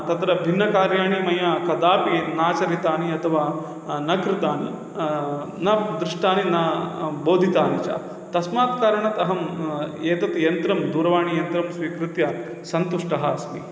तत्र भिन्नकार्याणि मया कदापि नाचरितानि अथवा न कृतानि न दृष्टानि न बोधितानि च तस्मात् कारणात् अहं एतत् यन्त्रं दूरवाणीयन्त्रं स्वीकृत्य सन्तुष्टः अस्मि